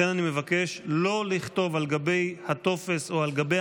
לכן אני מבקש לא לכתוב על גבי הטופס או על גבי